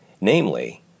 Namely